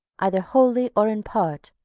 either wholly or in part,